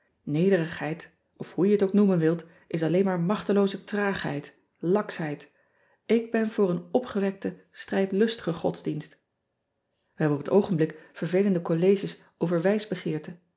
ederigheid of hoe je het ook noemen wilt is alleen maar machtelooze traagheid laksheid k ben voor een opgewekten strijdlustigen godsdienst e hebben op het oogenblik vervelende colleges over